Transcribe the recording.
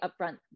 upfront